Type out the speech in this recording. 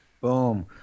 Boom